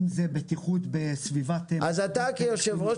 אם זה בטיחות בסביבת --- אז אתה כיושב ראש